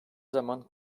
zaman